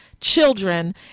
children